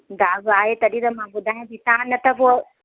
दाॻ आहे तॾहिं त मां ॿुधायां थी तव्हां न त पोइ